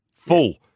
Full